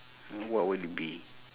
what would it be